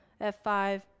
F5